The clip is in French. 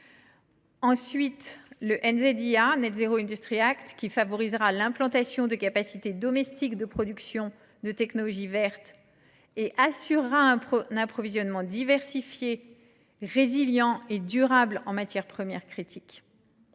industrie « zéro net », dit NZIA (), favorisera l’implantation de capacités domestiques de production de technologies vertes et assurera un approvisionnement diversifié, résilient et durable en matières premières critiques.